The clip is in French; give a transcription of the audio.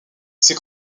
c’est